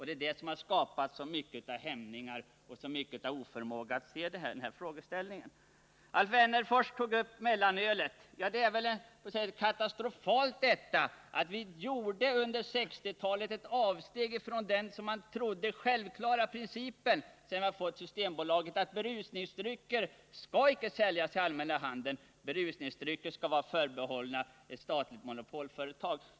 Det är detta som skapat så mycket av hämningar och så mycket av oförmåga att se frågeställningen. Alf Wennerfors tog upp frågan om mellanölet. Jag anser att det är katastrofalt att vi under 1960-talet gjorde ett avsteg från den princip som man trodde var självklar sedan vi fått Systembolaget och som innebär att berusningsdrycker inte skall säljas i allmänna handeln utan vara förbehållna för försäljning i det statliga monopolföretaget.